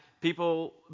people